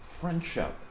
friendship